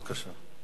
בבקשה.